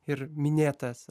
ir minėtas